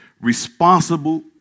responsible